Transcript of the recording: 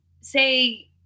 say